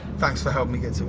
thanks for helping get so